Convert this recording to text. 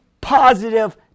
positive